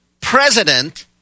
president